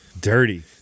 Dirty